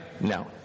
No